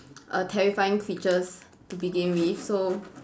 err terrifying creatures to begin with so